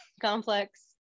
complex